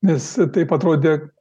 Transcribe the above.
nes taip atrodė